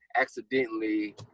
accidentally